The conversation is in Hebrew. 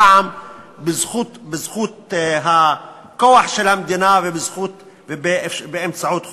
הפעם בזכות הכוח של המדינה ובאמצעות חוקים.